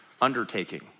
undertaking